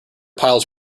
piles